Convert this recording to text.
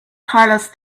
carlos